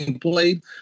played